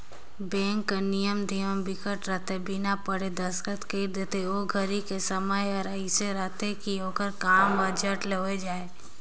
bank के नियम धियम बिकट रहिथे बिना पढ़े दस्खत कर देथे ओ घरी के समय हर एइसे रहथे की ओखर काम हर झट ले हो जाये